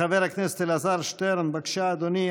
חבר הכנסת אלעזר שטרן, בבקשה, אדוני.